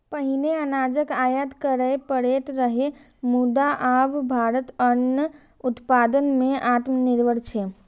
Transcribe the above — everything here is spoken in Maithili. पहिने अनाजक आयात करय पड़ैत रहै, मुदा आब भारत अन्न उत्पादन मे आत्मनिर्भर छै